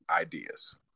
ideas